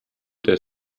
der